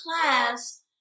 class